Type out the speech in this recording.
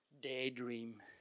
daydream